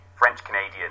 French-Canadian